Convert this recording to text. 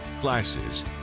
glasses